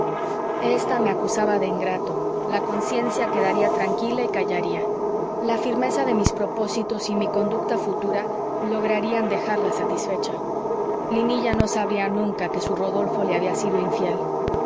esta me acusaba de ingrato la conciencia quedaría tranquila y callaría la firmeza de mis propósitos y mi conducta futura lograrían dejarla satisfecha linilla no sabría nunca que su rodolfo le había sido infiel